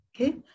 Okay